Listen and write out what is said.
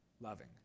loving